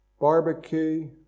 Barbecue